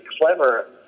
clever